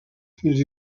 fins